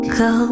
go